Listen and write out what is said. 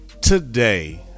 today